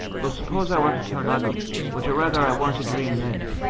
well, suppose i were to turn ugly, would you rather i weren't a dream then?